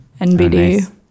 NBD